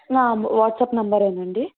నా మో వాట్సాప్ నంబరేనా అండి